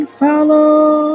follow